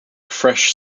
fresh